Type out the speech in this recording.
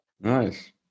Nice